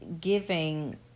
giving